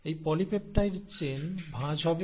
এই polypeptide chain ভাঁজ হবে